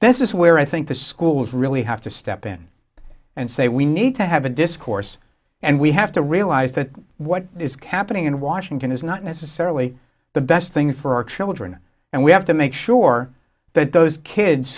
this is where i think the schools really have to step in and say we need to have a discourse and we have to realize that what is capping in washington is not necessarily the best thing for our children and we have to make sure that those kids